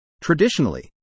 Traditionally